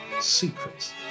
secrets